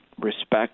respect